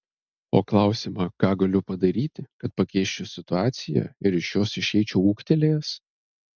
o klausimą ką galiu padaryti kad pakeisčiau situaciją ir iš jos išeičiau ūgtelėjęs